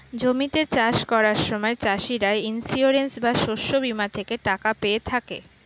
জমিতে চাষ করার সময় চাষিরা ইন্সিওরেন্স বা শস্য বীমা থেকে টাকা পেয়ে থাকে